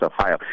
ohio